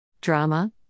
Drama